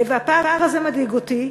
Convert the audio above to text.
והפער הזה מדאיג אותי.